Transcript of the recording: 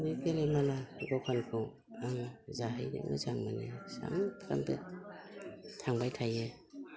बे गेलामाला दखानखौ आं जाहैनो मोजां मोनो सामफ्रोमबो थांबाय थायो